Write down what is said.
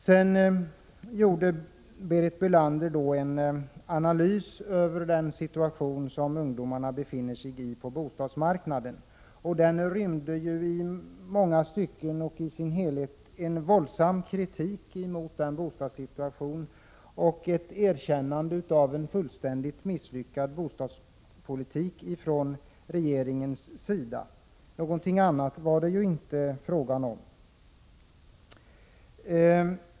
Sedan gjorde Berit Bölander en analys av den situation som ungdomarna befinner sig i på bostadsmarknaden, och den rymde i sin helhet en våldsam kritik av bostadssituationen och ett erkännande av en fullständigt misslyckad politik från regeringens sida. Någonting annat var det ju inte fråga om.